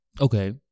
okay